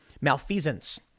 malfeasance